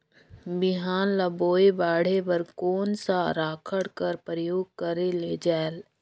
बिहान ल बोये बाढे बर कोन सा राखड कर प्रयोग करले जायेल?